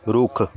ਰੁੱਖ